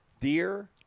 deer